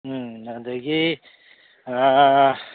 ꯎꯝ ꯑꯗꯒꯤ